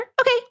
Okay